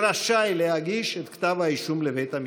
רשאי להגיש את כתב האישום לבית המשפט.